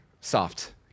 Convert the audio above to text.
soft